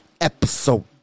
Episode